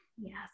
Yes